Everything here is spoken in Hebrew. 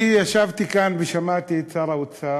אני ישבתי כאן ושמעתי את שר האוצר,